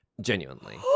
genuinely